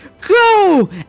Go